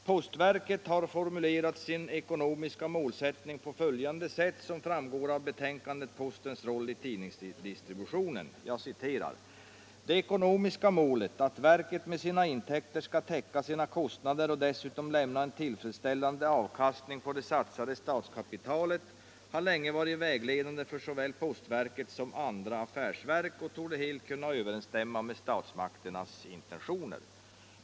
Postverket har formulerat sin ekonomiska målsättning på följande sätt som framgår av betänkandet Postens roll i tidningsdistributionen: ”Det ekonomiska målet att verket med sina intäkter skall täcka sina kostnader och dessutom lämna en tillfredsställande avkastning på det satsade statskapitalet har länge varit vägledande för såväl postverket som andra affärsverk och torde helt kunna överensstämma med statsmakternas intentioner.